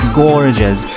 gorgeous